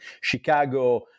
Chicago